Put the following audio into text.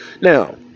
now